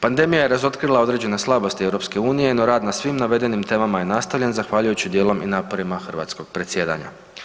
Pandemija je razotkrila određene slabosti EU-a no rad na svim navedenim temama je nastavljen zahvaljujući i naporima hrvatskog predsjedanja.